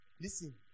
Listen